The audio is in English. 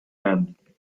end